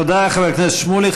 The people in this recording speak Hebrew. תודה, חבר הכנסת שמולי.